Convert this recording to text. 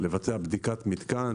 לבצע בדיקת מתקן